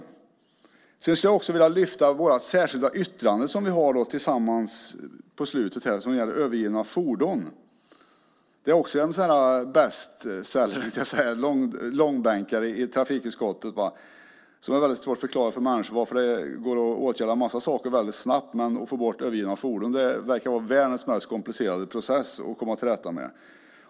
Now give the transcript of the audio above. Sedan skulle jag också vilja lyfta upp det särskilda yttrande som vi har tillsammans och som gäller övergivna fordon. Det är också en långbänkare i trafikutskottet. Det är väldigt svårt att förklara för människor varför det går att åtgärda en massa saker väldigt snabbt samtidigt som det verkar vara världens mest komplicerade process att få bort övergivna fordon.